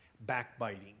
backbiting